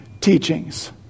teachings